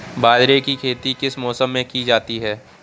बाजरे की खेती किस मौसम में की जाती है?